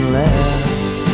left